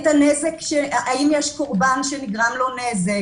האם יש קורבן שנגרם לו נזק,